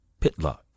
Pitlock